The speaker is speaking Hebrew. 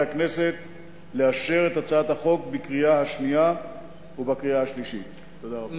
להצעת החוק הזאת לא הוגשו הסתייגויות,